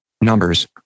numbers